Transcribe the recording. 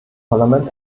parlament